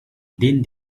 din